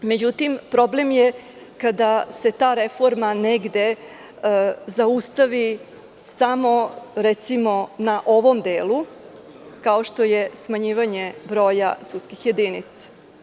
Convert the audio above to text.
Međutim, problem je kada se ta reforma negde zaustavi, samo recimo na ovom delu, kao što je smanjivanje broja sudskih jedinica.